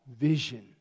vision